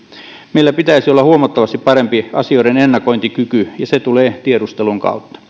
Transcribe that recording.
meillä pitäisi olla huomattavasti parempi asioiden ennakointikyky ja se tulee tiedustelun kautta